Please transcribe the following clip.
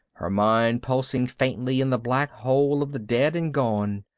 her mind pulsing faintly in the black hole of the dead and gone,